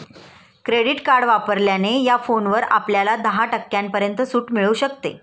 credit card वापरल्याने या फोनवर आपल्याला दहा टक्क्यांपर्यंत सूट मिळू शकते